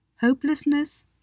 Hopelessness